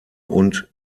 und